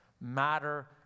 matter